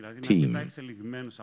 team